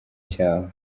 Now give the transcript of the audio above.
cyawe